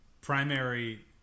primary